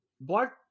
Black